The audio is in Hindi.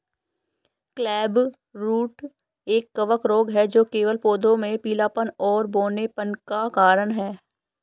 क्लबरूट एक कवक रोग है जो केवल पौधों में पीलापन और बौनापन का कारण है